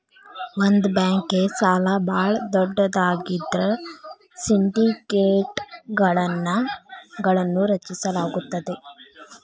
ಒಂದ ಬ್ಯಾಂಕ್ಗೆ ಸಾಲ ಭಾಳ ದೊಡ್ಡದಾಗಿದ್ರ ಸಿಂಡಿಕೇಟ್ಗಳನ್ನು ರಚಿಸಲಾಗುತ್ತದೆ